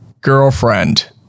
girlfriend